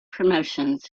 promotions